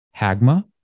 hagma